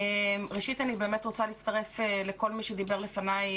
ראשית, אני באמת רוצה להצטרף לכל מי שדיבר לפניי